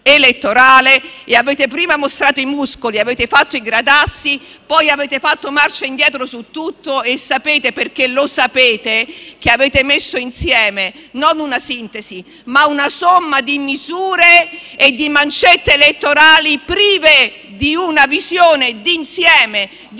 elettorale. Avete prima mostrato i muscoli, avete fatto i gradassi e poi avete fatto marcia indietro su tutto e sapete - perché lo sapete - che avete messo insieme non una sintesi, ma una somma di misure e di mancette elettorali prive di una visione di insieme, di